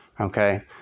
okay